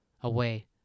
away